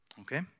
Okay